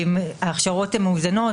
ההכשרות הן מאוזנות.